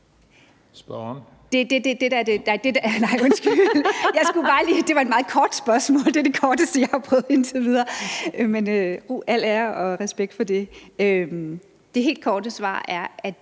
Det helt korte svar er,